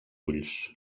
ulls